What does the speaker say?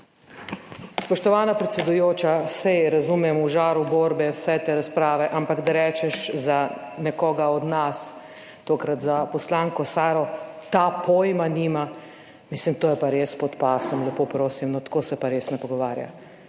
Spoštovana predsedujoča, saj razumem v žaru borbe vse te razprave, ampak da rečeš za nekoga od nas, tokrat za poslanko Saro, »ta pojma nima,« mislim, to je pa res pod pasom, lepo prosim, no, tako se pa res ne pogovarja.